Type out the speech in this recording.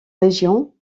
région